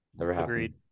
agreed